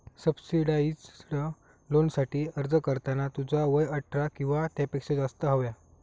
subsidised लोनसाठी अर्ज करताना तुझा वय अठरा किंवा त्यापेक्षा जास्त हव्या